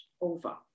over